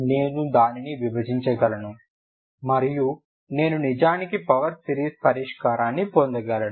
నేను దానిని విభజించగలను మరియు నేను నిజానికి పవర్ సిరీస్ పరిష్కారాన్ని పొందగలను